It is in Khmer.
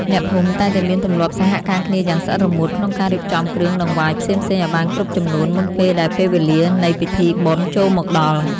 អ្នកភូមិតែងតែមានទម្លាប់សហការគ្នាយ៉ាងស្អិតរមួតក្នុងការរៀបចំគ្រឿងដង្វាយផ្សេងៗឱ្យបានគ្រប់ចំនួនមុនពេលដែលពេលវេលានៃពិធីបុណ្យចូលមកដល់។